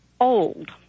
old